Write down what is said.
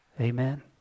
Amen